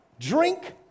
Drink